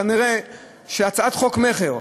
כנראה הצעת חוק המכר.